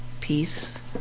peace